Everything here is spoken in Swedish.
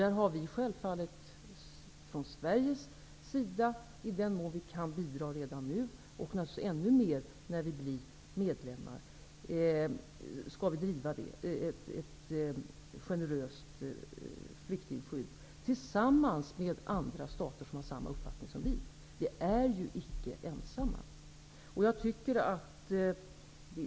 Där skall vi självfallet från Sveriges sida, i den mån vi kan bidra redan nu, och naturligtvis ännu mer när vi blir medlemmar, driva kravet på ett generöst flyktingskydd, tillsammans med andra stater som har samma uppfattning som vi. Vi är ju icke ensamma.